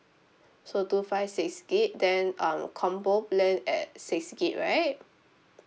so two five six gig then um combo plan at six gig right